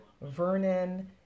Vernon